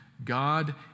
God